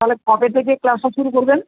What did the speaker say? তাহলে কবে থেকে ক্লাসটা শুরু করবেন